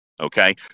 Okay